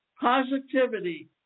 Positivity